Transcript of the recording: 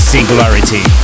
Singularity